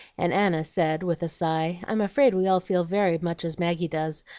and anna said, with a sigh i'm afraid we all feel very much as maggie does,